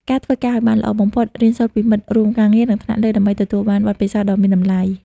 ធ្វើការងារឲ្យបានល្អបំផុត រៀនសូត្រពីមិត្តរួមការងារ និងថ្នាក់លើ ដើម្បីទទួលបាន បទពិសោធន៍ដ៏មានតម្លៃ។